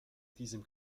diesem